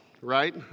right